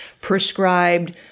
prescribed